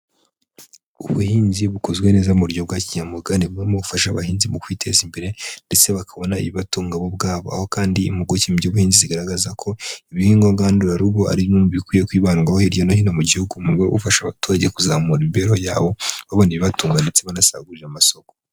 Ubuhinzi bukozwe neza mu buryo bwa kinyamuga ni bumwe bufasha abahinzi mu kwiteza imbere ndetse bakabona ibibatunga bo ubwabo. Aho kandi impuguke mu by'ubuhinzi zigaragaza ko ibihingwa gandurarugo ari bimwe mu bikwiye kwibandwaho hirya no hino mu gihugu. Ni mu rwego rwo gufasha abaturage kuzamura imibereho yabo babona ibibatunga ndetse banasagurira amasoko.